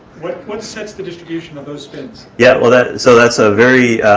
what what sets the distribution of those spins? yeah, well that, so that's a very,